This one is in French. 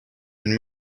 une